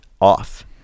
off